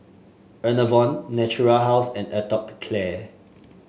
Enervon Natura House and Atopiclair